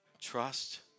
Trust